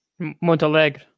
Montalegre